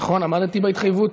נכון עמדתי בהתחייבות?